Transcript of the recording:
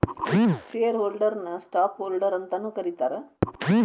share ಹೋಲ್ಡರ್ನ ನ stock holder ಅಂತಾನೂ ಕರೇತಾರ